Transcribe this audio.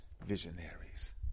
visionaries